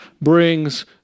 brings